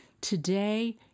Today